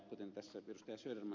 kuten ed